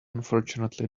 unfortunately